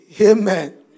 Amen